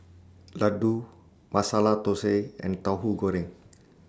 Laddu Masala Thosai and Tauhu Goreng